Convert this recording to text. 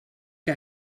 que